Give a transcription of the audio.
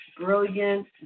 brilliant